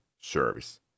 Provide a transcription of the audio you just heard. service